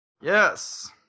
Yes